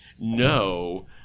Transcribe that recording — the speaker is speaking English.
no